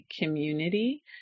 community